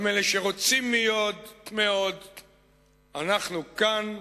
גם אלה שרוצים מאוד, אנחנו כאן,